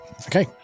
Okay